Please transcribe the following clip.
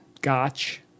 gotch